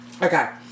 Okay